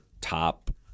top